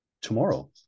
tomorrow